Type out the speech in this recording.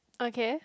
okay